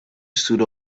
stood